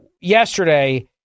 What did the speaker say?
yesterday